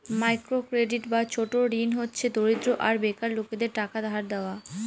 micro credit বা ছোট ঋণ হচ্ছে দরিদ্র আর বেকার লোকেদের টাকা ধার দেওয়া